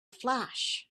flash